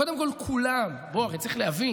קודם כול כולם, בואו, הרי צריך להבין: